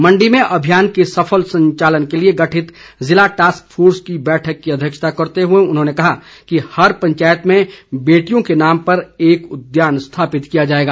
मंडी में अभियान के सफल संचालन के लिए गठित ज़िला टास्क फोर्स की बैठक की अध्यक्षता करते हुए उन्होंने कहा कि हर पंचायत में बेटियों के नाम पर एक उद्यान स्थापित किया जाएगा